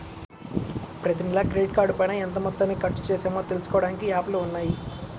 ప్రతినెలా క్రెడిట్ కార్డుపైన ఎంత మొత్తాన్ని ఖర్చుచేశామో తెలుసుకోడానికి యాప్లు ఉన్నయ్యి